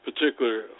particular